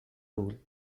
rule